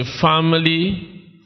family